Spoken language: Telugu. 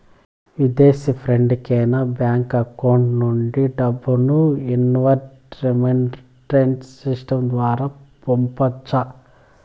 విదేశీ ఫ్రెండ్ కి నా బ్యాంకు అకౌంట్ నుండి డబ్బును ఇన్వార్డ్ రెమిట్టెన్స్ సిస్టం ద్వారా పంపొచ్చా?